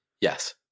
Yes